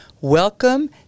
Welcome